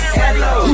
hello